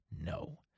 No